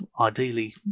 ideally